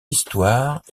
histoire